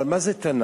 אבל מה זה תנ"ך?